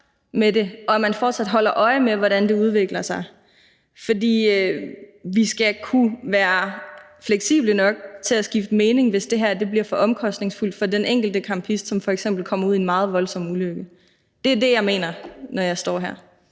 og at man fortsat holder øje med, hvordan det udvikler sig. For vi skal kunne være fleksible nok til at skifte mening, hvis det her bliver for omkostningsfuldt for den enkelte campist, som f.eks. kommer ud i en meget voldsom ulykke. Det er det, jeg mener, når jeg står her.